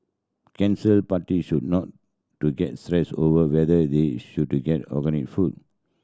cancer party should not to get stressed over whether they should get organic food